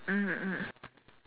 mm mm